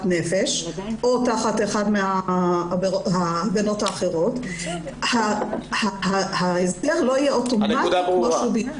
נפש או תחת אחת מההגנות האחרות ההסדר לא יהיה אוטומטי כמו שהוא בלי.